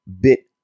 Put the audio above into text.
bit